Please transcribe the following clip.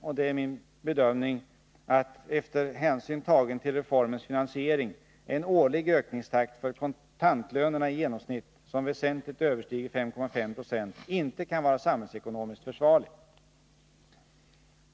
Och det är min bedömning att, efter hänsyn tagen till reformens finansiering, en årlig ökningstakt för kontantlönerna i genomsnitt som väsentligt överstiger 5,5 0 inte kan vara samhällsekonomiskt försvarlig.